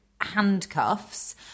handcuffs